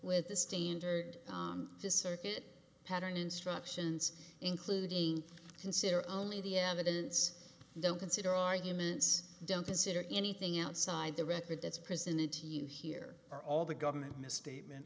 with the standard to circuit pattern instructions including consider only the evidence don't consider arguments don't consider anything outside the record that's presented to you here are all the government misstatement